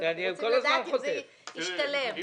אז אנחנו רוצים לדעת אם זה השתלם.